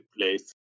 place